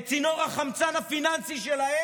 את צינור החמצן הפיננסי שלהם,